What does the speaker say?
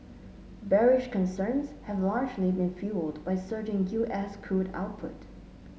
bearish concerns have largely been fuelled by surging U S crude output